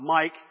Mike